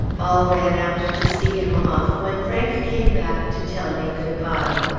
all ran out to see him off, when frank came back to tell me good-bye.